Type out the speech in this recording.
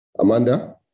Amanda